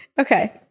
Okay